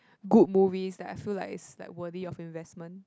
good movies that I feel like is like worthy of investment